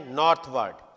northward